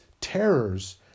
terrors